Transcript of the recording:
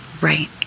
Right